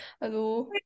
hello